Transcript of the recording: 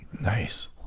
Nice